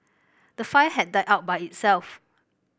the fire had died out by itself